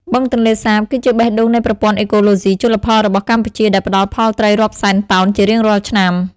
បឹងទន្លេសាប គឺជាបេះដូងនៃប្រព័ន្ធអេកូឡូស៊ីជលផលរបស់កម្ពុជា ដែលផ្តល់ផលត្រីរាប់សែនតោនជារៀងរាល់ឆ្នាំ។